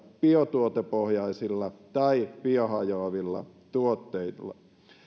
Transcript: biotuotepohjaisilla tai biohajoavilla tuotteilla